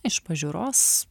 iš pažiūros